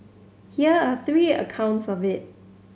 here are three accounts of it